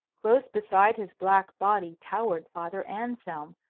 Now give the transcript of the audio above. close beside his black body towered father anselm,